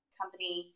company